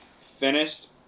Finished